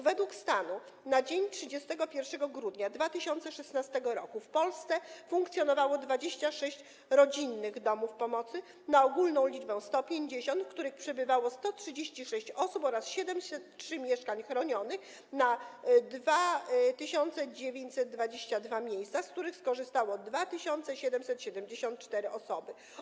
Według stanu na dzień 31 grudnia 2016 r. w Polsce funkcjonowało 26 rodzinnych domów pomocy na ogólną liczbę miejsc 150, w których przebywało 136 osób, oraz 703 mieszkania chronione na 2922 miejsca, z których skorzystały 2774 osoby.